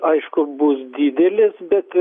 aišku bus didelis bet